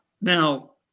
Now